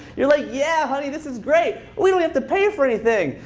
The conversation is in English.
you're like, yeah, honey, this is great. we don't have to pay for anything.